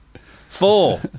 Four